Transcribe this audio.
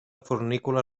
fornícula